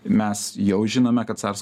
mes jau žinome kad sars